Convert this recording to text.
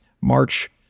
March